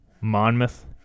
Monmouth